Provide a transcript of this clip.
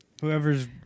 Whoever's